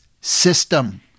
system